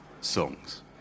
songs